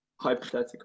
Hypothetical